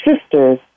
Sisters